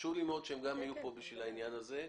חשוב לי מאוד שהם גם יהיו פה בשביל העניין הזה.